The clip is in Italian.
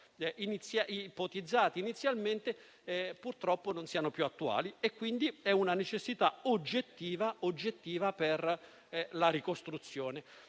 ipotizzati inizialmente purtroppo non siano più attuali. Quindi, è una necessità oggettiva per la ricostruzione.